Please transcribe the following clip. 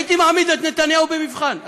הייתי מעמיד את נתניהו במבחן.